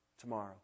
tomorrow